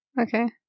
okay